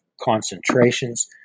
concentrations